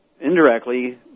indirectly